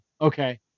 Okay